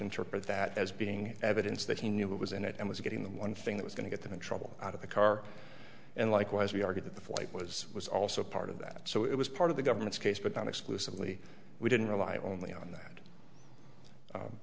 interpret that as being evidence that he knew what was in it and was getting the one thing that was going to get them in trouble out of the car and likewise we argued that the flight was was also part of that so it was part of the government's case but on exclusively we didn't rely only on that